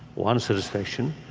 one satisfaction,